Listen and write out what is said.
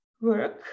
work